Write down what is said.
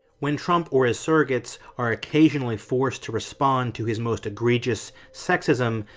when trump or his surrogates are occasionally forced to respond to his most egregious sexism,